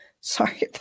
Sorry